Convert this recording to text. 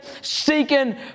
seeking